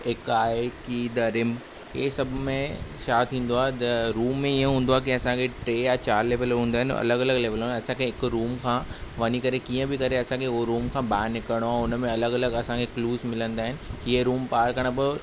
हिकु आहे की द रिम हे सभु में छा थींदो आहे द रूम इअं हूंदो आहे की असांखे टे या चार लैवल हूंदा आहिनि अलॻि अलॻि लैवल असांखे हिकु रूम खां वञी करे कीअं बि करे असांखे हो रूम खां ॿाहिरि निकिरणो आहे हुन में अलॻि अलॻि असांखे क्लूस मिलंदा आहिनि की ये रूम पार करणु पोइ